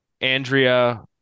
Andrea